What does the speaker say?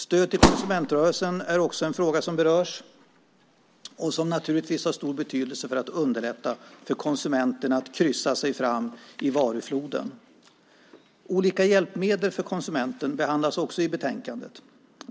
Stödet till konsumentrörelsen är också en fråga som berörs och som naturligtvis har stor betydelse för att underlätta för konsumenten när det gäller att kryssa sig fram i varufloden. Olika hjälpmedel för konsumenten behandlas också i betänkandet.